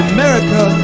America